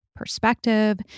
perspective